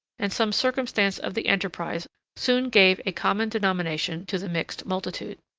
and some circumstance of the enterprise soon gave a common denomination to the mixed multitude.